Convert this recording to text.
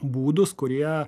būdus kurie